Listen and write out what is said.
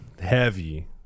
heavy